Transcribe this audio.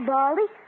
Baldy